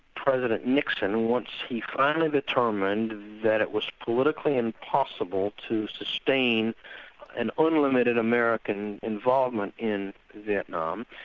president nixon, once he's finally determined that it was politically impossible to sustain an unlimited american involvement in vietnam,